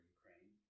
Ukraine